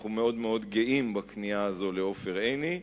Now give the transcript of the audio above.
אנחנו מאוד מאוד גאים בכניעה הזאת לעופר עיני.